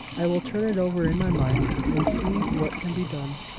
i will turn it over in my mind, and see what can be done.